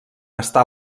està